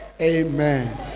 Amen